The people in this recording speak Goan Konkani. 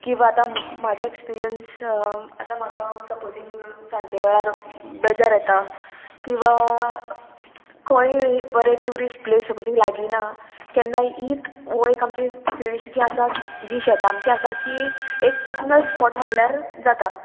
किंवां आतां म्हाजें एक्सपिरियन्स आतां म्हाका सपोजींग सांचे वेळार बेजार येता किंवां खंय बरें ट्युरिस्ट प्लेस सपोजींग लागीं ना केन्ना इत वोंय एक आमची फिल्ड्स जी आसा जी शेतां आमची आसा की एक पर्सनल स्पोट म्हणल्यार जाता